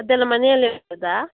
ಅದೆಲ್ಲ ಮನೆಯಲ್ಲೇ ಮಾಡೋದಾ